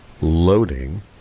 loading